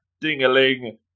ding-a-ling